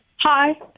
Hi